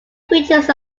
features